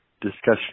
discussion